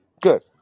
Good